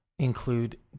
include